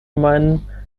meinen